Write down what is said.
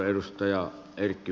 arvoisa puhemies